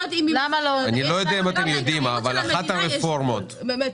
גם להתערבות של המדינה יש גבול.